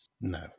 No